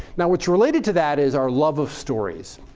now what's related to that is our love of stories.